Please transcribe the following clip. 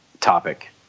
topic